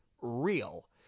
real